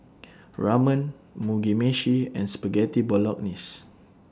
Ramen Mugi Meshi and Spaghetti Bolognese